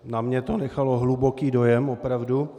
Na mně to nechalo hluboký dojem, opravdu.